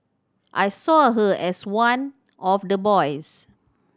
I saw her as one of the boys